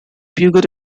peugeot